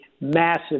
massive